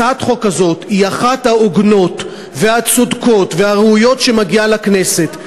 הצעת החוק הזאת היא אחת ההוגנות והצודקות והראויות שמגיעות לכנסת.